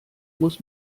muss